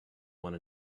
one